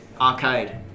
Arcade